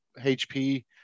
HP